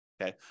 okay